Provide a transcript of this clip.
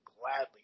gladly